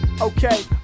okay